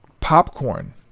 popcorn